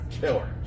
killer